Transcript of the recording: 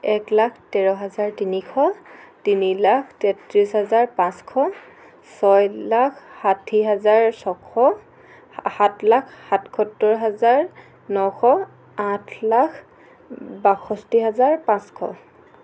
এক লাখ তেৰ হাজাৰ তিনিশ তিনি লাখ তেত্ৰিছ হাজাৰ পাঁচশ ছয় লাখ ষাঠি হাজাৰ ছশ সাত লাখ সাতসত্তৰ হাজাৰ নশ আঠ লাখ বাষষ্ঠি হাজাৰ পাঁচশ